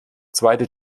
zweite